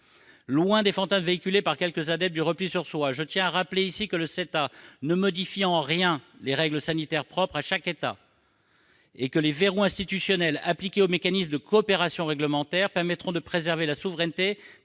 loin des fantasmes véhiculés par quelques adeptes du repli sur soi, le CETA ne modifie en rien les règles sanitaires propres à chaque État. Les verrous institutionnels appliqués aux mécanismes de coopération réglementaire permettront de préserver la souveraineté